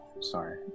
Sorry